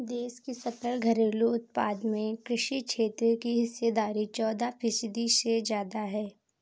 देश की सकल घरेलू उत्पाद में कृषि क्षेत्र की हिस्सेदारी चौदह फीसदी से ज्यादा है